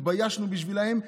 התביישנו בשבילם.